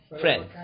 Friend